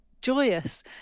joyous